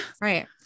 Right